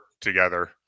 together